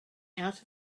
out